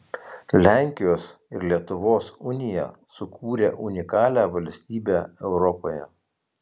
lenkijos ir lietuvos unija sukūrė unikalią valstybę europoje